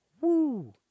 woo